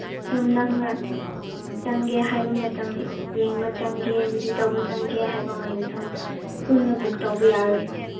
ꯁꯨꯝ ꯅꯪꯅ ꯆꯪꯒꯦ ꯍꯥꯏꯕ ꯃꯇꯝ ꯌꯦꯡꯕ ꯆꯪꯒꯦ ꯚꯤꯖꯤꯠ ꯇꯧꯕ ꯆꯪꯒꯦ ꯍꯥꯏꯕꯀꯥꯟꯗ ꯁꯨꯝ ꯄꯨꯟꯅ ꯕꯨꯛ ꯇꯧꯕ ꯌꯥꯔꯦ